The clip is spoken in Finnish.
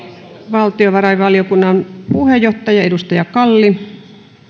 valtiovarainvaliokunnan puheenjohtaja edustaja kalli